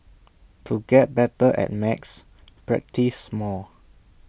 to get better at maths practise more